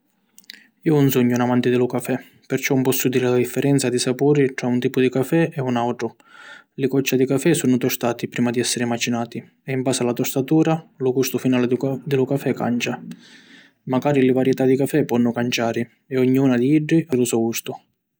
Iu ‘un sugnu un amanti di lu cafè perciò ‘un pozzu diri la differenza di sapuri tra un tipu di cafè e un autru. Li coccia di cafè sunnu tostati prima di essiri macinati e in basi a la tostatura, lu gustu finali di lu cafè cancia. Macari li varietà di cafè ponnu canciari e ogni una di iddi havi lu so gustu.